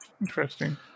Interesting